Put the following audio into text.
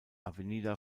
avenida